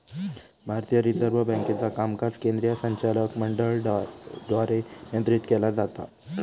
भारतीय रिझर्व्ह बँकेचा कामकाज केंद्रीय संचालक मंडळाद्वारे नियंत्रित केला जाता